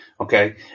Okay